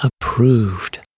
approved